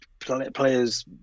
players